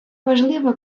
важливе